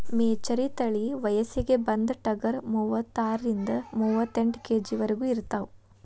ಮೆಚರಿ ತಳಿ ವಯಸ್ಸಿಗೆ ಬಂದ ಟಗರ ಮೂವತ್ತಾರರಿಂದ ಮೂವತ್ತೆಂಟ ಕೆ.ಜಿ ವರೆಗು ಇರತಾವ